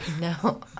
no